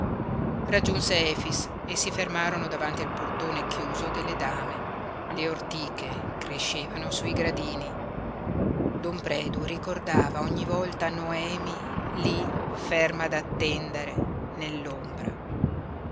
raggiunse efix e si fermarono davanti al portone chiuso delle dame le ortiche crescevano sui gradini don predu ricordava ogni volta noemi lí ferma ad attendere